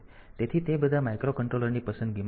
તેથી તે બધા માઇક્રોકન્ટ્રોલરની પસંદગીમાં ફાળો આપશે